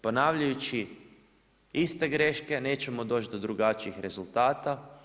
Ponavljajući iste greške nećemo doći do drugačijih rezultata.